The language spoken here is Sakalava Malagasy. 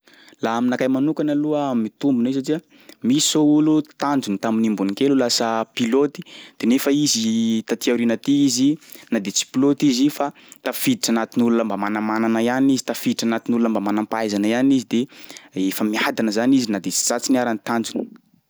Laha aminakay manokana aloha mitombina io satria misy zao olo tanjony tamin'ny i mbô nikely ho lasa pilôty de nefa izy taty aoriana aty izy na de tsy pilôty izy fa tafiditra anatin'olona mba manamanana ihany izy, tafiditra anatin'olona mba manam-pahaizana ihany izy de efa miadana zany izy na de tsy tratriny aza ny tanjony.